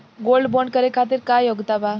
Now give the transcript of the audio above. Gold bond करे खातिर का योग्यता बा?